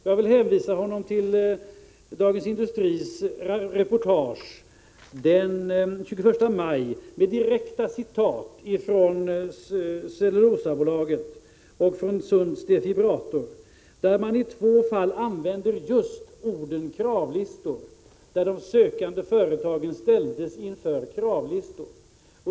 Jag vill hänvisa till ett reportage i Dagens Industri av den 21 maj med direkta citat från Cellulosabolaget och Sunds Defibrator, där man i två fall använder just ordet kravlistor. De sökande företagen ställdes inför kravlistor.